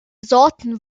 sorten